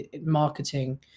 marketing